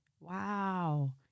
Wow